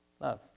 Love